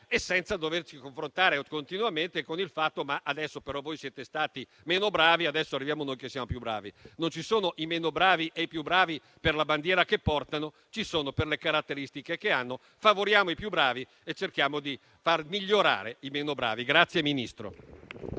senza doversi confrontare continuamente con il fatto "voi siete stati meno bravi, adesso arriviamo noi che siamo più bravi". Non ci sono i meno bravi e i più bravi per la bandiera che portano; lo sono per le caratteristiche che hanno; favoriamo i più bravi e cerchiamo di far migliorare i meno bravi.